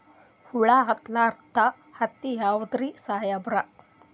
ಹುಳ ಹತ್ತಲಾರ್ದ ಹತ್ತಿ ಯಾವುದ್ರಿ ಸಾಹೇಬರ?